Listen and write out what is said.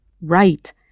Right